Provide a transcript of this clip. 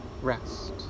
Rest